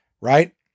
right